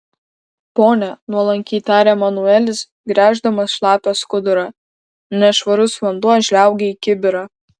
pone nuolankiai tarė manuelis gręždamas šlapią skudurą nešvarus vanduo žliaugė į kibirą